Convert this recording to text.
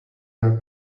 your